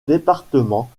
département